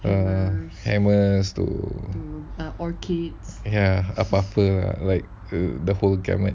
err hammers tu ya apa-apa like the whole gamut